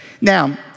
Now